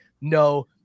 no